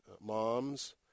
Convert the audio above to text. moms